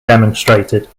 demonstrated